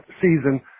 season